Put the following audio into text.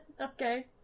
Okay